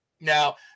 now